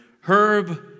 Herb